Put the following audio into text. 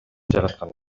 жараткан